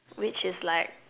which is like